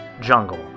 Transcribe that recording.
jungle